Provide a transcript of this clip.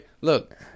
look